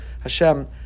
Hashem